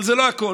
אבל זה לא הכול.